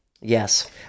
yes